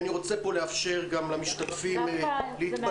אני רוצה לאפשר גם למשתתפים להתבטא.